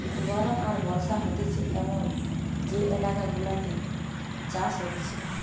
গরম আর বর্ষা হতিছে এমন যে এলাকা গুলাতে চাষ হতিছে